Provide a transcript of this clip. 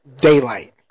daylight